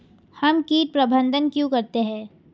हम कीट प्रबंधन क्यों करते हैं?